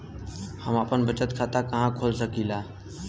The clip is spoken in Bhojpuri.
हम आपन बचत खाता कहा खोल सकीला?